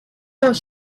course